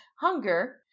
hunger